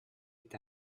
est